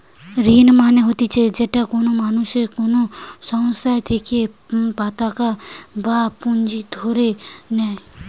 ঋণ মানে হতিছে যেটা কোনো মানুষ কোনো সংস্থার থেকে পতাকা বা পুঁজি ধার নেই